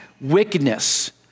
wickedness